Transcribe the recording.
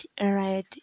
red